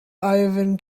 ivan